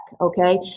okay